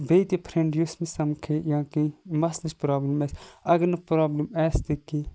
بیٚیہِ تہِ فریٚنٛڈ یُس مےٚ سَمکھے یا کینٛہہ مَستٕچ پرابلِم آسہِ اَگَر نہٕ پرابلم آسہِ تہِ کینٛہہ